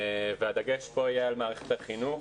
הדגש פה יהיה על מערכת החינוך,